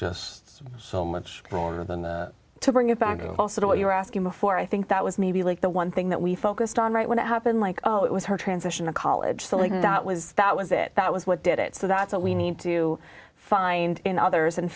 just so much broader than to bring it back to also what you were asking before i think that was maybe like the one thing that we focused on right when it happened like oh it was her transition to college something that was that was it that was what did it so that's what we need to find in others and